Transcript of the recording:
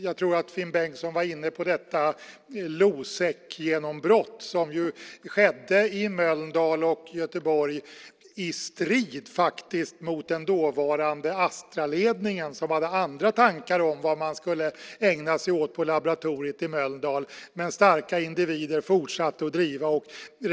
Jag tror att Finn Bengtsson var inne på genombrottet för Losec som skedde i Mölndal och Göteborg i strid mot den dåvarande Astraledningen som hade andra tankar om vad man skulle ägna sig åt på laboratoriet i Mölndal. Men starka individer fortsatte att driva forskningen.